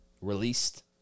Released